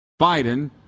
Biden